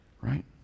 right